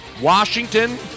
Washington